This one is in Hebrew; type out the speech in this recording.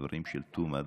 הדברים של תומא,